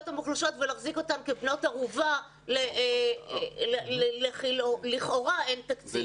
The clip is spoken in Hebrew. המוחלשות ולהחזיק אותן כבנות ערובה כאשר לכאורה אין תקציב.